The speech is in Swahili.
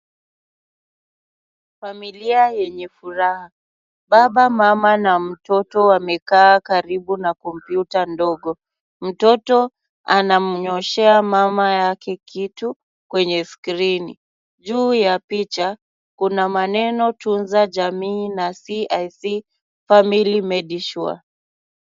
Familia yenye furaha. Baba, mama na mtoto wamekaa karibu na kompyuta ndogo. Mtoto anamnyoshea mama yake kitu kwenye skrini. Juu ya picha, kuna maneno Tunza Jamii Na CIC Family Medisure .